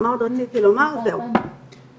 תודה אתי.